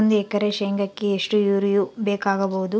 ಒಂದು ಎಕರೆ ಶೆಂಗಕ್ಕೆ ಎಷ್ಟು ಯೂರಿಯಾ ಬೇಕಾಗಬಹುದು?